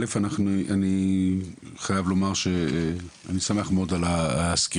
א' אני חייב לומר שאני שמח מאוד על הסקירה,